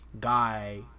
guy